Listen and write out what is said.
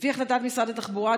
לפי החלטת משרד התחבורה,